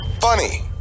Funny